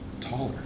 taller